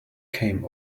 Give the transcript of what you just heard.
came